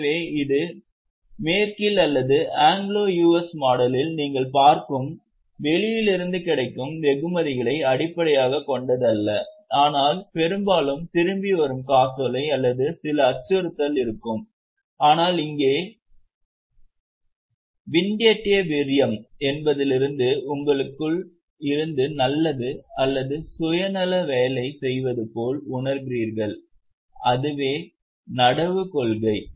எனவே இது மேற்கில் அல்லது ஆங்கிலோ யுஎஸ் மாடலில் நீங்கள் பார்க்கும் வெளியில் இருந்து கிடைக்கும் வெகுமதிகளை அடிப்படையாகக் கொண்டதல்ல ஆனால் பெரும்பாலும் திரும்பி வரும் காசோலை அல்லது சில அச்சுறுத்தல் இருக்கும் ஆனால் இங்கே விண்டியேட் விரியம் என்பதிலிருந்து உங்களுக்குள் இருந்து நல்லது அல்லது சுயநல வேலை செய்வது போல் உணர்கிறீர்கள் அதுவே நடவு கொள்கை